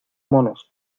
monos